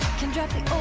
can drop the